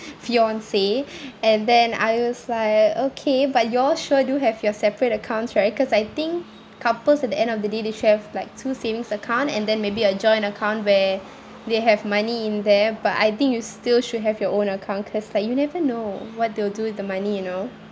fiance and then I was like okay but you all sure do have your separate accounts right cause I think couples at the end of the day they should have like two savings account and then maybe a joint account where they have money in there but I think you still should have your own account cause like you never know what they'll do with the money you know